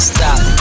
Stop